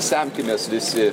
semkimės visi